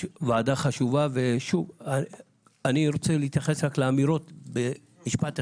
אני רוצה להתייחס רק לאמירות במשפט אחד.